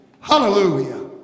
Hallelujah